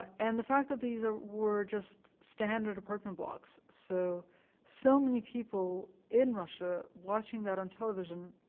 and the fact that these ah were just standard apartment blocks, so so many people in russia, watching that on television,